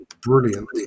brilliant